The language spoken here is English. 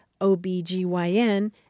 OBGYN